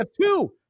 two